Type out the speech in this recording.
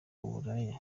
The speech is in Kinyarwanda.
uburaya